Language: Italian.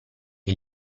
che